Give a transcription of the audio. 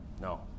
No